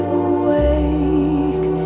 awake